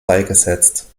beigesetzt